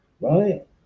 right